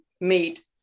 meet